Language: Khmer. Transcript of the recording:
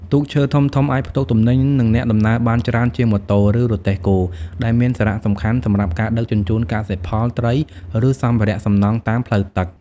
ទូកឈើធំៗអាច ផ្ទុកទំនិញ និងអ្នកដំណើរបានច្រើន ជាងម៉ូតូ ឬរទេះគោ ដែលមានសារៈសំខាន់សម្រាប់ការដឹកជញ្ជូនកសិផល ត្រី ឬសម្ភារៈសំណង់តាមផ្លូវទឹក ។